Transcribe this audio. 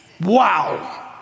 Wow